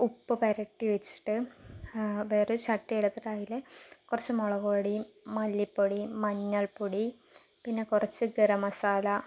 ഉപ്പ് പുരട്ടി വെച്ചിട്ട് വേറൊരു ചട്ടിയെടുത്തിട്ട് അതിൽ കുറച്ച് മുളക് പൊടി മല്ലി പൊടി മഞ്ഞൾ പൊടി പിന്നെ കുറച്ച് ഗരംമസാല